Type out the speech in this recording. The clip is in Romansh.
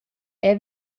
era